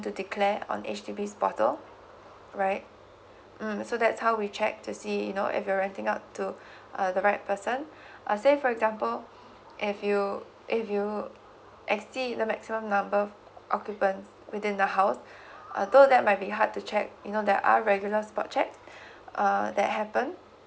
to declare on H_D_B's portal right mm so that's how we check to see you know if you're renting out to uh the right person uh say for example if you if you exceed the maximum number occupants within the house although that might be hard to check you know there are regular sport check uh that happen